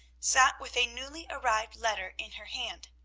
sat with a newly arrived letter in her hand,